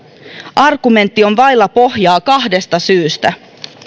argumentti on vailla pohjaa kahdesta syystä